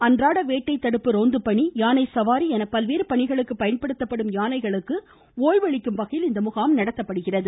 அன்றாட வேட்டை தடுப்பு ரோந்து பணி யானை சவாரி என பல்வேறு பணிகளுக்குபயன்படுத்தப்படும் யானைகளுக்கு ஓய்வு அளிக்கும் வகையில் இம்முகாம் நடத்தப்படுகிறது